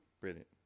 brilliant